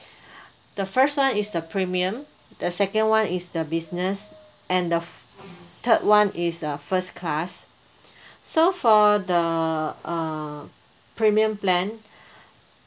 the first one is the premium the second one is the business and the f~ third one is uh first class so for the uh premium plan